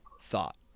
thought